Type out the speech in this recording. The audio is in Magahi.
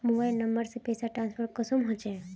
मोबाईल नंबर से पैसा ट्रांसफर कुंसम होचे?